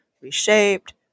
reshaped